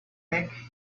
neck